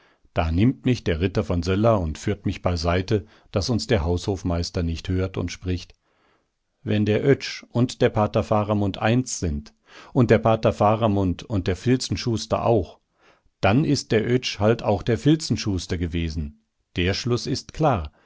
da nimmt mich der ritter von söller und führt mich beiseite daß uns der haushofmeister nicht hört und spricht wenn der oetsch und der pater faramund eins sind und der pater faramund und der filzenschuster auch dann ist der oetsch halt auch der filzenschuster gewesen der schluß ist klar